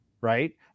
right